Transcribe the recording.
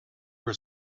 were